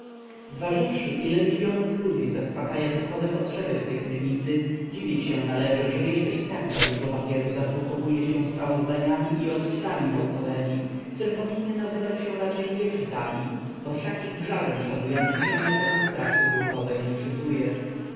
zważywszy ile milionów ludzi zaspakaja duchowe potrzeby w tj krynicy dziwić się należy że jeszcze i tak zadużo papieru zadrukowuje się sprawozdaniami i odczytami naukowemi które powinny nazywać się raczej nieczytami bo wszak ich żaden szanujący się mecenas prasy brukowej nie czytuje